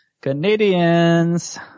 Canadians